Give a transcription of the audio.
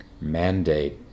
mandate